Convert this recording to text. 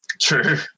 True